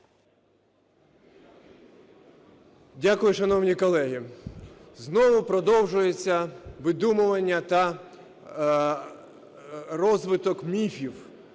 Дякую, шановні колеги. Знову продовжується видумування та розвиток міфів,